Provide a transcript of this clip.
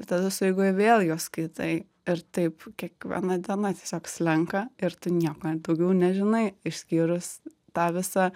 ir tada sueigoj vėl juos skaitai ir taip kiekviena diena tiesiog slenka ir tu nieko daugiau nežinai išskyrus tą visą